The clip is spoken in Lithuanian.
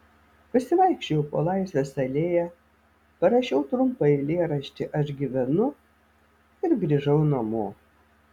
pasivaikščiojau po laisvės alėją parašiau trumpą eilėraštį aš gyvenu ir grįžau namo